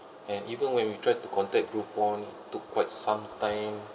and even when we try to contact groupon took quite some time